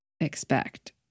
expect